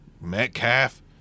Metcalf